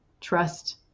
trust